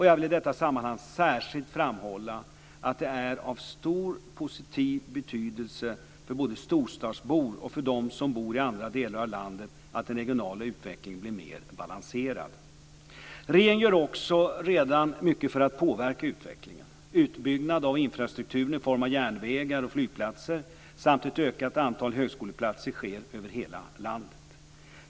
Jag vill i detta sammanhang särskilt framhålla att det är av stor positiv betydelse både för storstadsbor och för dem som bor i andra delar av landet att den regionala utvecklingen blir mer balanserad. Regeringen gör också redan mycket för att påverka utvecklingen: Utbyggnad av infrastrukturen i form av järnvägar och flygplatser samt en ökning av antalet högskoleplatser sker över hela landet.